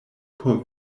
por